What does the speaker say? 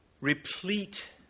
replete